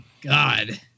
god